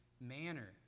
manner